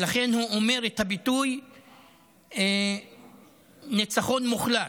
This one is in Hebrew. לכן הוא אומר את הביטוי "ניצחון מוחלט".